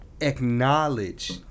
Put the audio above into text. acknowledge